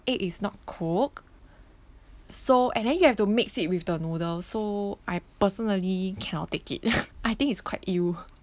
egg is not cook so and then you have to mix it with the noodles so I personally cannot take it I think it's quite !eww!